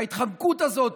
וההתחמקות הזאת,